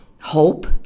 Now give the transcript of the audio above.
hope